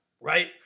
right